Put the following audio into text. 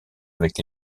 avec